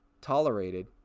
tolerated